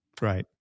Right